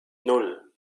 nan